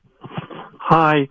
Hi